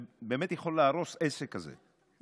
זה באמת יכול להרוס עסק כזה,